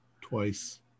Twice